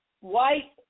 white